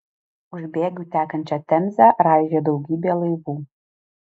už bėgių tekančią temzę raižė daugybė laivų